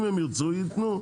אם הם ירצו, יתנו.